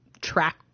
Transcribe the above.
track